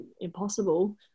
impossible